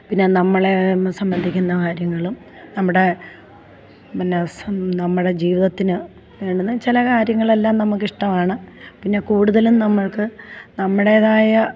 പിന്നെ നമ്മളെ സംബന്ധിക്കുന്ന കാര്യങ്ങളും നമ്മുടെ പിന്നെ നമ്മുടെ ജീവിതത്തിന് വേണ്ടുന്ന ചില കാര്യങ്ങളെല്ലാം നമുക്കിഷ്ടമാണ് പിന്നെ കൂടുതലും നമ്മൾക്ക് നമ്മുടേതായ